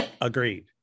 agreed